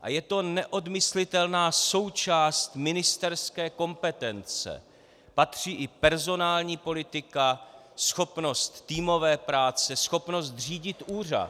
a je to neodmyslitelná součást ministerské kompetence, patří i personální politika, schopnost týmové práce, schopnost řídit úřad.